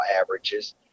averages